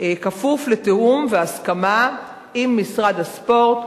כפוף לתיאום והסכמה עם משרד הספורט,